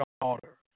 daughter